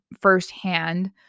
firsthand